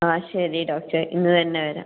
ആ ശരി ഡോക്ടർ ഇന്ന് തന്നെ വരാം